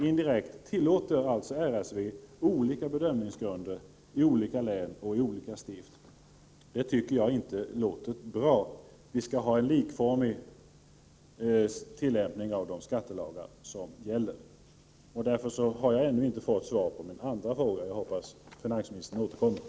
Indirekt tillåter RSV olika bedömningsgrunder i olika län och i olika stift. Jag tycker inte att det låter bra. Vi skall ha en likformig tillämpning av de skattelagar som gäller. Jag har ännu inte fått svar på min andra fråga och hoppas därför att finansministern återkommer.